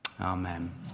Amen